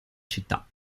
città